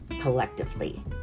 collectively